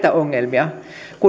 ja